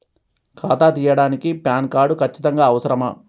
ఖాతా తీయడానికి PAN card ఖచ్చితంగా అవసరమా?